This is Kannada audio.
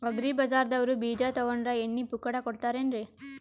ಅಗ್ರಿ ಬಜಾರದವ್ರು ಬೀಜ ತೊಗೊಂಡ್ರ ಎಣ್ಣಿ ಪುಕ್ಕಟ ಕೋಡತಾರೆನ್ರಿ?